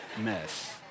mess